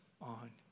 on